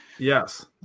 Yes